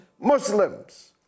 Muslims